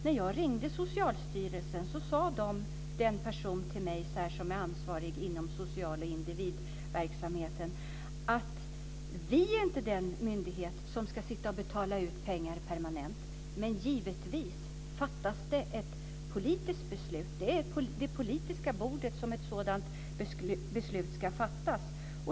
När jag ringde Socialstyrelsen sade den person som är ansvarig inom social och individverksamheten till mig: Vi är inte den myndighet som ska sitta och betala ut pengar permanent - men givetvis om det fattas ett politiskt beslut. Det är ju vid det politiska bordet som ett sådant beslut ska fattas.